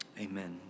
Amen